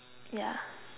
yeah